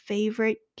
Favorite